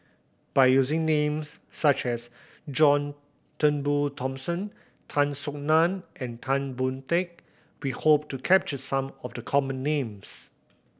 by using names such as John Turnbull Thomson Tan Soo Nan and Tan Boon Teik we hope to capture some of the common names